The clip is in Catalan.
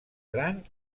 gran